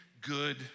good